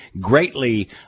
greatly